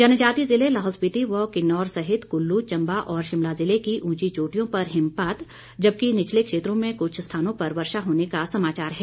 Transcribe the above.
जनजातीय ज़िले लाहौल स्पिति व किन्नौर सहित कुल्लू चंबा और शिमला ज़िले की ऊंची चोटियों पर हिमपात जबकि निचले क्षेत्रों में कुछ स्थानों पर वर्षा होने का समाचार है